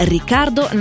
Riccardo